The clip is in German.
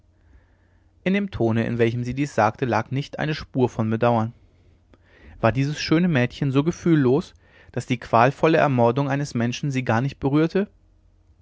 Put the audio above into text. in dem tone in welchem sie dies sagte lag nicht eine spur von bedauern war dieses schöne mädchen so gefühllos daß die qualvolle ermordung eines menschen sie gar nicht berührte